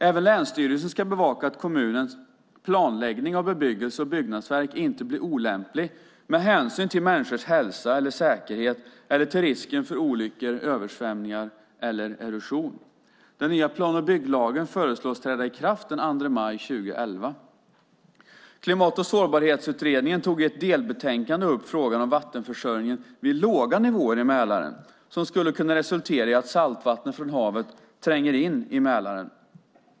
Även länsstyrelsen ska bevaka att kommunens planläggning av bebyggelse och byggnadsverk inte blir olämplig med hänsyn till människors hälsa eller säkerhet eller till risken för olyckor, översvämning eller erosion. Den nya plan och bygglagen föreslås träda i kraft den 2 maj 2011. Klimat och sårbarhetsutredningen tog i ett delbetänkande upp frågan om vattenförsörjning vid låga nivåer i Mälaren som skulle resultera i att saltvatten från havet tränger in i Mälaren.